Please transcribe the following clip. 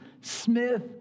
Smith